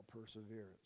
perseverance